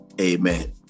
Amen